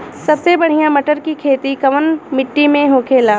सबसे बढ़ियां मटर की खेती कवन मिट्टी में होखेला?